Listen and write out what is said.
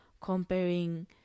comparing